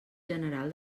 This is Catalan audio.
general